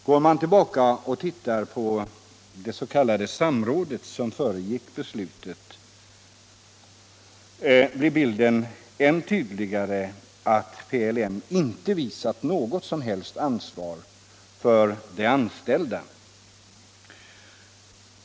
Går man tillbaka och tittar på det s.k. samråd som föregick beslutet blir det ännu tydligare att PLM inte visat något som helst ansvar för de anställda.